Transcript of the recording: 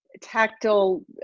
tactile